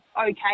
okay